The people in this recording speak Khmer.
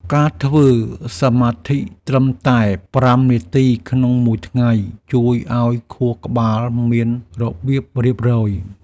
ការធ្វើសមាធិត្រឹមតែ ៥ នាទីក្នុងមួយថ្ងៃ ជួយឱ្យខួរក្បាលមានរបៀបរៀបរយ។